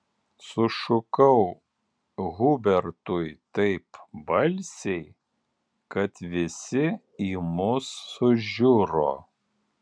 sušukau hubertui taip balsiai kad visi į mus sužiuro